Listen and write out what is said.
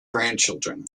grandchildren